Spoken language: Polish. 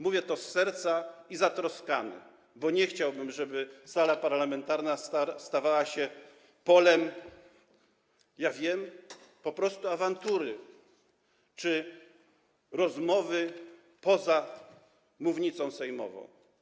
Mówię to z serca i zatroskania, bo nie chciałbym, żeby sala parlamentarna stawała się polem, ja wiem, po prostu awantury czy rozmowy poza mównicą sejmową.